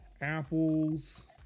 Apple's